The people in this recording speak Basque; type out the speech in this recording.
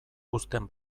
uzten